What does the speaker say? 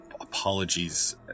apologies